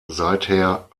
seither